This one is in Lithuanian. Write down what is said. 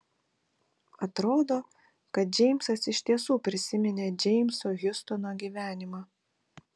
atrodo kad džeimsas iš tiesų prisiminė džeimso hiustono gyvenimą